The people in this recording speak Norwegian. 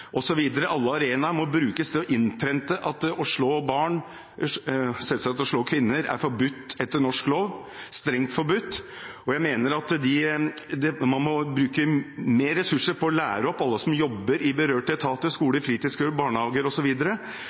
Alle arenaer må brukes til å innprente at det å slå barn, selvsagt det å slå kvinner, er strengt forbudt etter norsk lov. Jeg mener at man må bruke flere ressurser på å lære opp alle som jobber i berørte etater – i skoler, fritidsklubber, barnehager